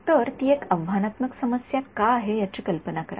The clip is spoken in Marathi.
तर ही एक आव्हानात्मक समस्या का आहे याची कल्पना करा